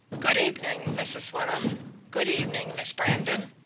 good evening, mrs. wyndham good evening, miss brandon.